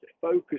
focus